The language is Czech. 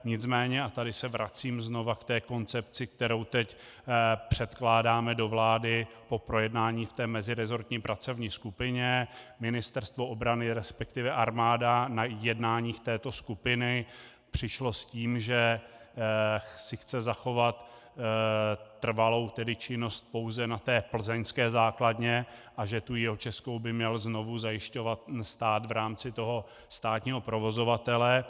Nicméně, a tady se vracím znovu ke koncepci, kterou teď předkládáme do vlády, po projednání v té meziresortní pracovní skupině Ministerstvo obrany, resp. armáda na jednáních této skupiny přišla s tím, že si chce zachovat trvalou činnost pouze na té plzeňské základně a že tu jihočeskou by měl znovu zajišťovat stát v rámci toho státního provozovatele.